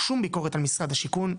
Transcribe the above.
שום ביקורת על משרד השיכון,